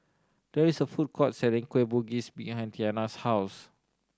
there is a food court selling Kueh Bugis behind Tiana's house